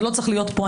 זה לא צריך להיות פה,